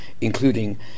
including